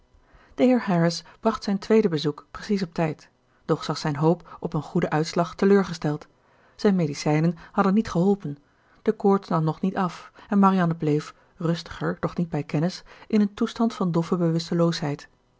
harris bracht zijn tweede bezoek precies op tijd doch zag zijn hoop op een goeden uitslag teleurgesteld zijne medicijnen hadden niet geholpen de koorts nam nog niet af en marianne bleef rustiger doch niet bij kennis in een toestand van doffe